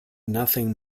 nothing